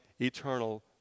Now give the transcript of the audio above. eternal